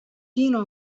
fino